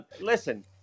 Listen